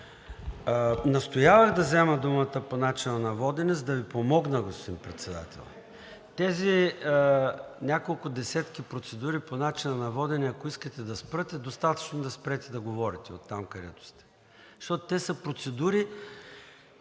Настоявах да взема думата по начина на водене, за да Ви помогна, господин Председател. Тези няколко десетки процедури по начина на водене, ако искате да спрат, е достатъчно да спрете да говорите оттам, където сте. Защото те са процедури,